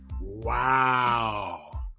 Wow